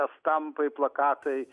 estampai plakatai